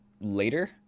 later